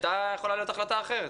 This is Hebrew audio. הייתה יכולה להיות החלטה אחרת.